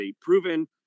proven